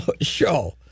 show